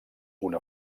una